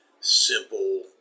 simple